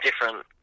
different